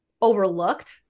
overlooked